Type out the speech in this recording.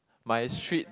my is treat